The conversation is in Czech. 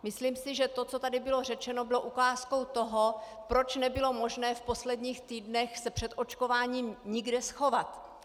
Myslím si, že to, co tady bylo řečeno, bylo ukázkou toho, proč nebylo možné se v posledních týdnech před očkováním nikde schovat.